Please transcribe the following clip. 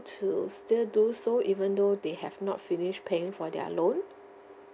to still do so even though they have not finish paying for their loan